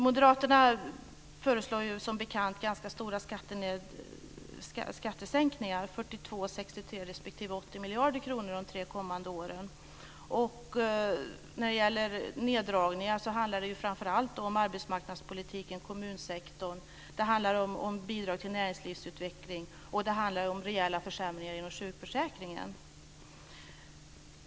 Moderaterna föreslår som bekant ganska stora skattesänkningar: 42, 63 respektive 80 miljarder kronor under de kommande tre åren. Neddragningarna gäller framför allt arbetsmarknadspolitiken och kommunsektorn. Det handlar om bidragen till näringslivsutveckling och om rejäla försämringar inom sjukförsäkringen.